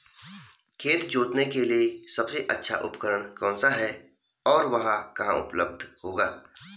खेत जोतने के लिए सबसे अच्छा उपकरण कौन सा है और वह कहाँ उपलब्ध होगा?